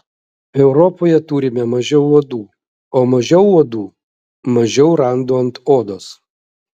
europoje turime mažiau uodų o mažiau uodų mažiau randų ant odos